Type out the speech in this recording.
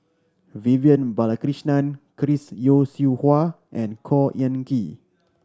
Vivian Balakrishnan Chris Yeo Siew Hua and Khor Ean Ghee